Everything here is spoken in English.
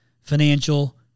financial